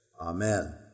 Amen